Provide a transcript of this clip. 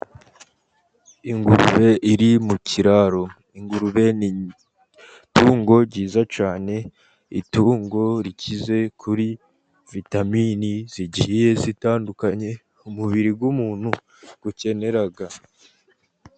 Ingurube iri mu kiraro. Ingurube ni itungo ryiza cyane, itungo rikize kuri vitamini zigiye zitandukanye umubiri w’umuntu ukenera.